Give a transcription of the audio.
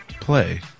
play